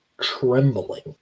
trembling